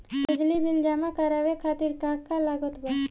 बिजली बिल जमा करावे खातिर का का लागत बा?